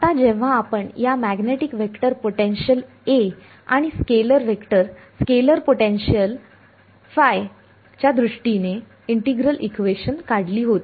आता जेव्हा आपण या मॅग्नेटिक वेक्टर पोटेन्शियल A आणि स्केलर वेक्टर स्केलर पोटेन्शियल ϕ च्या दृष्टीने इंटिग्रल इक्वेशन काढली होती